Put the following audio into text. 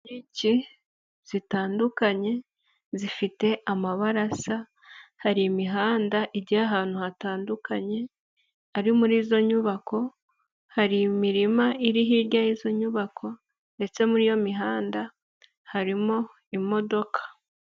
Inyubako zitandukanye zifite amabarasa, hari imihanda ijya ahantu hatandukanye iri muri izo nyubako, hari imirima iri hirya y'izo nyubako, ndetse muri iyo mihanda harimo imodoka.